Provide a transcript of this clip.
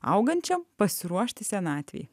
augančiam pasiruošti senatvei